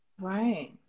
right